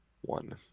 one